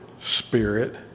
spirit